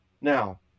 Now